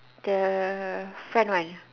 the front one